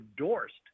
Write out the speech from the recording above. endorsed